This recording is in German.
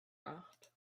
acht